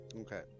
Okay